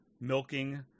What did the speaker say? milking